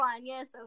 yes